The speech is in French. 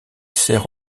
sert